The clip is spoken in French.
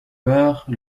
meurt